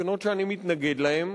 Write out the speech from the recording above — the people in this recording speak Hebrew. מסקנות שאני מתנגד להן,